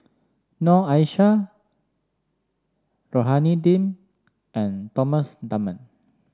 Noor Aishah Rohani Din and Thomas Dunman